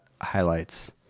highlights